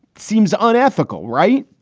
seems unethical, right.